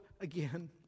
again